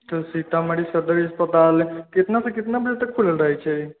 तऽ सीतामढ़ी सदर अस्पताल केतनासँ केतना बजे तक खुलल रहै छै